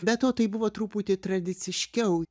be to tai buvo truputį tradiciškiau